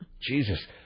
Jesus